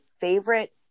favorite